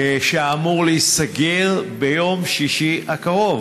שאמור להיסגר ביום שישי הקרוב.